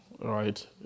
Right